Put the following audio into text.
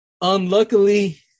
Unluckily